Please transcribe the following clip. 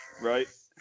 right